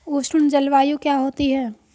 उष्ण जलवायु क्या होती है?